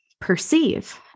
perceive